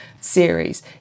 series